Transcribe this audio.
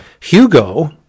Hugo